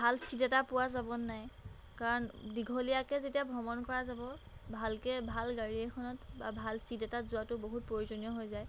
ভাল ছিট এটা পোৱা যাব নাই কাৰণ দীঘলীয়াকৈ যেতিয়া ভ্ৰমণ কৰা যাব ভালকৈ ভাল গাড়ী এখনত বা ভাল ছিট এটাত যোৱাটো বহুত প্ৰয়োজনীয় হৈ যায়